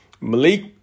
Malik